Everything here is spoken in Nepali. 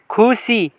खुसी